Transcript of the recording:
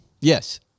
Yes